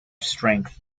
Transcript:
strength